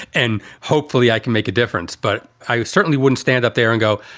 and hopefully i can make a difference. but i certainly wouldn't stand up there and go,